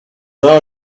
are